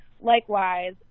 likewise